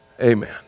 Amen